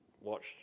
watched